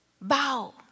bow